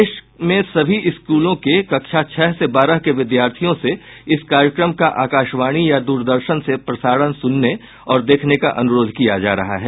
देश में सभी स्कूलों के कक्षा छह से बारह के विद्यार्थियों से इस कार्यक्रम का आकाशवाणी या द्रदर्शन से प्रसारण सुनने और देखने का अनुरोध किया जा रहा है